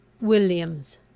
Williams